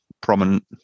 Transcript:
prominent